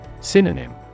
Synonym